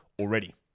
already